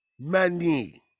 Money